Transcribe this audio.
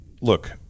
look